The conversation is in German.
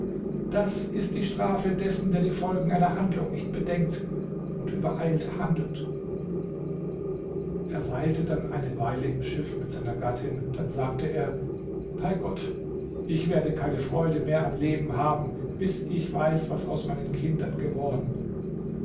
das ist die strafe dessen der die folgen einer handlung nicht bedenkt und übereilt handelt er weilte dann eine weile im schiff mit seiner gattin dann sagte er bei gott ich werde keine freude mehr am leben haben bis ich weiß was aus meinen kindern geworden